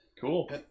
Cool